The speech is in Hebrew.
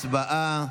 הצבעה.